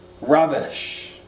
rubbish